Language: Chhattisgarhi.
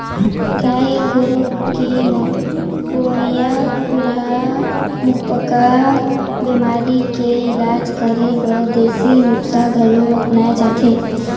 गाय गोरु के म होवइया खुरहा मुहंपका बेमारी के इलाज करे बर देसी नुक्सा घलो अपनाल जाथे